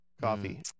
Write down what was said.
coffee